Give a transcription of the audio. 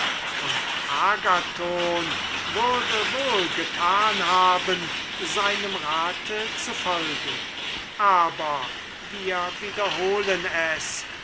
und agathon würde wohl getan haben einem so guten rate zu folgen aber wie sollte es